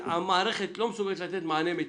שהמערכת לא מסוגלת לתת מענה מיטבי,